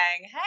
hey